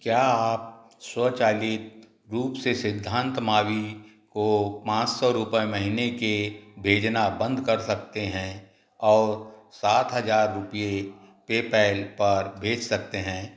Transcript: क्या आप स्वचालित रूप से सिद्धांत मावी को पाँच सौ रुपय महीने के भेजना बंद कर सकते हैं और सात हज़ार रुपये पेपैल पर भेज सकते हैं